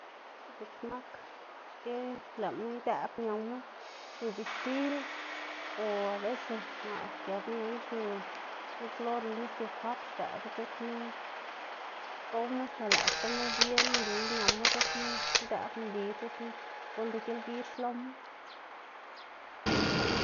dziꞌk nak xki lëꞌma idëꞌb ñama xiu bixtil o abeces naꞌ xgëbná ñaná xiu nup kloro lo nis diafab, xdëꞌbu dzekna gowma axta lëꞌkgama bien mbi ñama, dzekna idëꞌb mbi dzekna gunndo gilgidz loma.